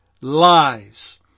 lies